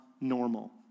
normal